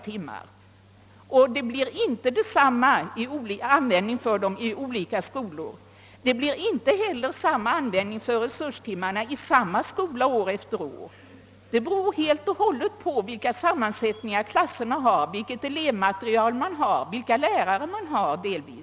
Timanvändningen blir inte densamma i olika skolor och inte heller blir det samma användning av dessa resurstimmar i samma skola år efter år. Det beror helt och hållet på klassammansättningen, elevmaterialet och delvis också på vilka lärare skolan har.